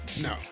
No